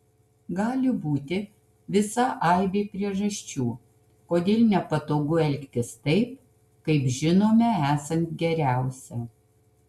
gali būti visa aibė priežasčių kodėl nepatogu elgtis taip kaip žinome esant geriausia